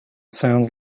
sounds